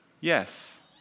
yes